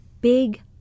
big